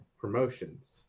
promotions